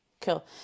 cool